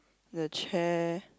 the chair